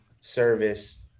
service